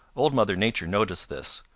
old mother nature noticed this.